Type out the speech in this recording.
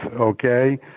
okay